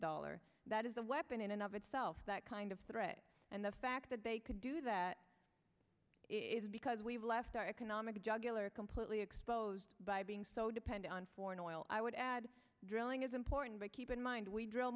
dollar that is the weapon in and of itself that kind of threat and the fact that they could do that it's because we've left our economic juggler completely exposed by being so dependent on foreign oil i would add drilling is important but keep in mind we drill